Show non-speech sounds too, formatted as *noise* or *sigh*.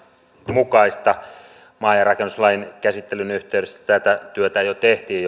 mukaista maankäyttö ja rakennuslain käsittelyn yhteydessä tätä työtä jo tehtiin *unintelligible*